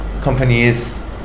companies